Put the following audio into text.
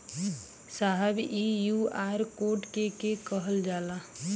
साहब इ QR code के के कहल जाला?